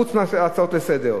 חוץ מהצעות לסדר-היום.